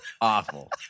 Awful